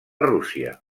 rússia